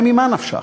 הרי ממה נפשך?